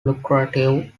lucrative